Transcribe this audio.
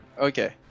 Okay